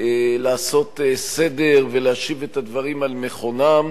לעשות סדר ולהשיב את הדברים על מכונם,